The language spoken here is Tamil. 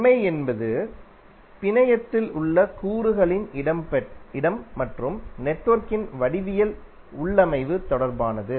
தன்மை என்பது இது பிணையத்தில் உள்ள கூறுகளின் இடம் மற்றும் நெட்வொர்க்கின் வடிவியல் உள்ளமைவு தொடர்பானது